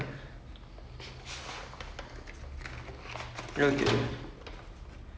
err no no no this is his first movie so I